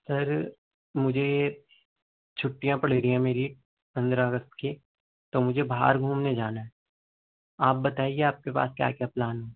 سر مجھے چھٹیاں پڑی ہوئی ہیں میری پندرہ اگست کی تو مجھے باہر گھومنے جانا ہے آپ بتائیے آپ کے پاس کیا کیا پلان ہے